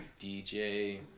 DJ